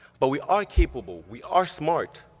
but we are capable, we are smart,